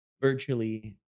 virtually